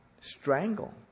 strangle